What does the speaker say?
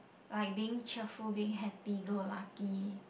like being cheerful being happy go lucky